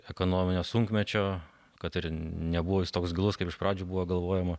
ekonominio sunkmečio kad ir nebuvo jis toks gilus kaip iš pradžių buvo galvojama